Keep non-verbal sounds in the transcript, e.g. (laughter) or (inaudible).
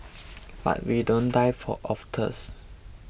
but we don't die (unintelligible) of (unintelligible)